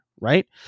right